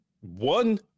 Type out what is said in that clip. one